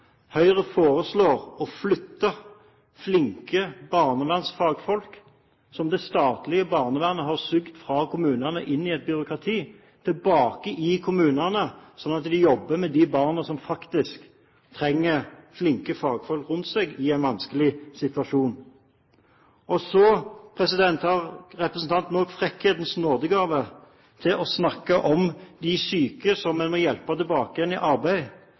Høyre foreslår å flytte flinke barnevernsfagfolk som det statlige barnevernet har sugd fra kommunene og inn i et byråkrati, tilbake til kommunene, slik at de jobber med de barna som trenger flinke fagfolk rundt seg i en vanskelig situasjon. Så har representanten også den frekkhetens nådegave å snakke om de syke som en må hjelpe tilbake i arbeid,